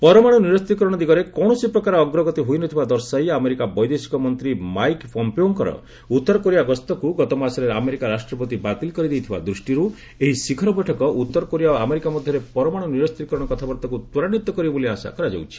ପରମାଣ୍ଡ ନିରସ୍ତ୍ରୀକରଣ ଦିଗରେ କୌଶସି ପ୍ରକାର ଅଗ୍ରଗତି ହୋଇ ନ ଥିବା ଦର୍ଶାଇ ଆମେରିକା ବୈଦେଶିକ ମନ୍ତ୍ରୀ ମାଇକ୍ ପମ୍ପେଓଙ୍କର ଉତ୍ତର କୋରିଆ ଗସ୍ତକୁ ଗତମାସରେ ଆମେରିକା ରାଷ୍ଟ୍ରପତି ବାତିଲ କରିଦେଇଥିବା ଦୃଷ୍ଟିରୁ ଏହି ଶିଖର ବୈଠକ ଉତ୍ତରକୋରିଆ ଓ ଆମେରିକା ମଧ୍ୟରେ ପରମାଣୁ ନିରସ୍ତ୍ରୀକରଣ କଥାବାର୍ତ୍ତାକୁ ତ୍ୱରାନ୍ଧିତ କରିବ ବୋଲି ଆଶା କରାଯାଉଛି